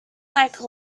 like